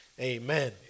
Amen